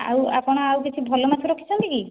ଆଉ ଆପଣ ଆଉ କିଛି ଭଲ ମାଛ ରଖିଛନ୍ତି କି